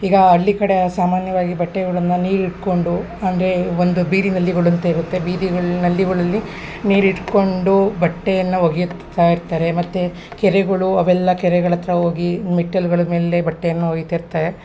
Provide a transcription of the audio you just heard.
ಈಗ ಹಳ್ಳಿ ಕಡೆ ಸಾಮಾನ್ಯವಾಗಿ ಬಟ್ಟೆಗಳನ್ನ ನೀರು ಹಿಡ್ಕೊಂಡು ಅಂದರೆ ಒಂದು ಬೀದಿ ನಲ್ಲಿಗಳು ಅಂತ ಇರುತ್ತೆ ಬೀದಿ ನಲ್ಲಿಗಳಲ್ಲಿ ನೀರು ಹಿಡ್ಕೊಂಡು ಬಟ್ಟೆಯನ್ನು ಒಗೆಯುತ್ತಾ ಇರ್ತಾರೆ ಮತ್ತು ಕೆರೆಗಳು ಅವೆಲ್ಲ ಕೆರೆಗಳ ಹತ್ರ ಹೋಗಿ ಮೆಟ್ಟಿಲ್ಗಳ ಮೇಲೆ ಬಟ್ಟೆಯನ್ನು ಒಗಿತಿರ್ತಾರೆ